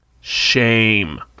Shame